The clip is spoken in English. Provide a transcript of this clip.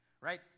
right